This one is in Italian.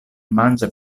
mangia